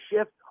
shift